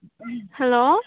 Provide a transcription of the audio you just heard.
hello